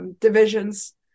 divisions